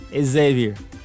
Xavier